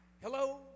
Hello